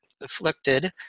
afflicted